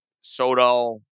Soto